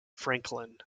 franklin